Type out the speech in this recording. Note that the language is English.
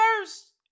first